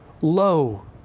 low